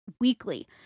weekly